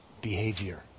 Behavior